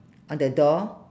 on the door